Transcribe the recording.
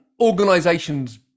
organizations